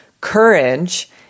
Courage